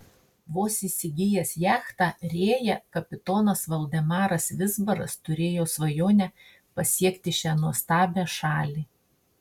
vos įsigijęs jachtą rėja kapitonas valdemaras vizbaras turėjo svajonę pasiekti šią nuostabią šalį